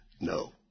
No